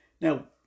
Now